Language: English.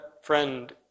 friend